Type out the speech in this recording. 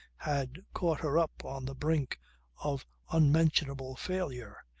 had caught her up on the brink of unmentionable failure,